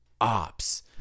ops